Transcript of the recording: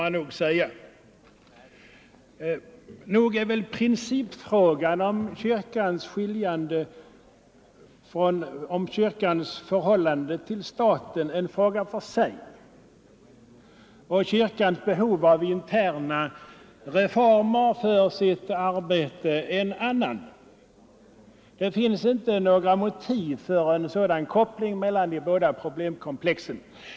Nog är väl principfrågan om kyrkans förhållande till staten ett spörsmål för sig och kyrkans behov av interna reformer för sitt arbete ett annat. Det finns inte några motiv för en sådan koppling mellan de båda problemkomplexen.